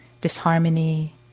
disharmony